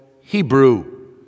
Hebrew